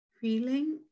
feeling